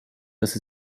dass